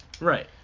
Right